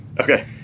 Okay